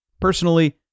Personally